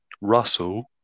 Russell